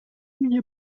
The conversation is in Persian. میگه